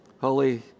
Holy